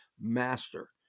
master